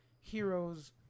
heroes